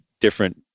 different